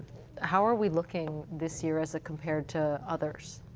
how are we looking this year as a compared to others?